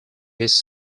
his